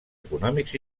econòmics